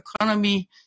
economy